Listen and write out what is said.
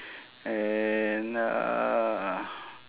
and uh